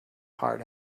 heart